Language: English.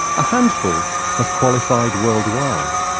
a handful have qualified worldwide.